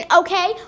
okay